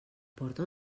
porta